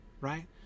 right